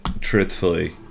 truthfully